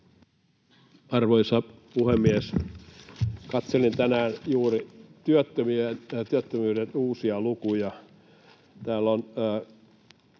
Arvoisa puhemies! Katselin tänään juuri työttömyyden uusia lukuja.